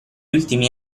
ultimi